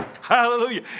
Hallelujah